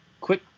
quick